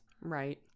Right